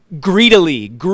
greedily